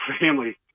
family